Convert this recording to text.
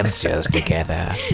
together